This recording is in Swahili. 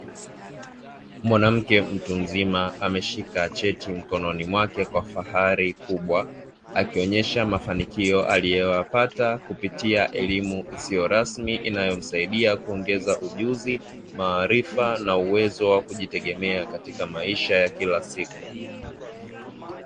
Mwanamke mtu mzima ameshika cheti mkononi mwake kwa fahari kubwa, akionyesha mafanikio aliyopata kupitia elimu isiyo rasmi inayo msaidia kuongeza ujuzi maarifa na uwezo wa kujitegemea katika maisha ya kila siku.